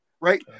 right